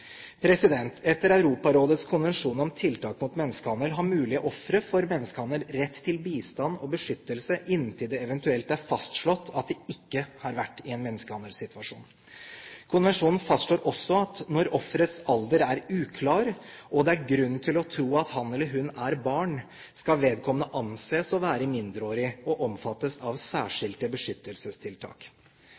Etter Europarådets konvensjon om tiltak mot menneskehandel har mulige ofre for menneskehandel rett til bistand og beskyttelse inntil det eventuelt er fastslått at de ikke har vært i en menneskehandelsituasjon. Konvensjonen fastslår også at når offerets alder er uklar og det er grunn til å tro at han eller hun er barn, skal vedkommende anses å være mindreårig og omfattes av særskilte beskyttelsestiltak.